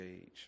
age